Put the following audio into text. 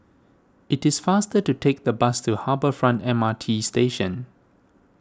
it is faster to take the bus to Harbour Front M R T Station